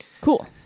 Cool